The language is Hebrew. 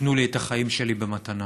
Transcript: תיתנו לי את החיים שלי במתנה.